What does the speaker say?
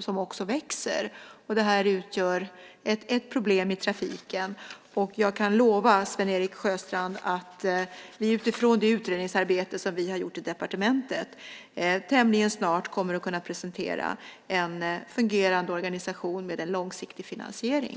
som också växer. Det utgör ett problem i trafiken. Jag kan lova, Sven-Erik Sjöstrand, att vi utifrån det utredningsarbete som vi har gjort i departementet tämligen snart kommer att kunna presentera en fungerande organisation med en långsiktig finansiering.